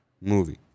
Movie